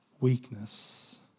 weakness